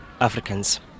Africans